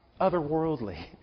otherworldly